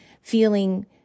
feeling